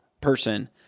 person